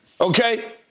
Okay